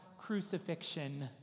crucifixion